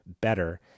better